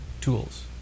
tools